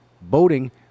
boating